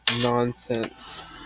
nonsense